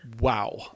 Wow